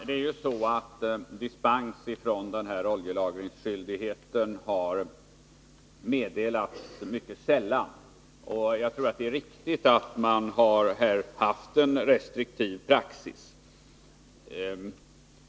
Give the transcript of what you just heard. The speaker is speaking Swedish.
Herr talman! Dispens ifrån oljelagringsskyldigheten har meddelats mycket sällan, och jag tror att det är riktigt att vi haft en restriktiv praxis.